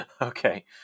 okay